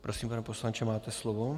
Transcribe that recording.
Prosím, pane poslanče, máte slovo.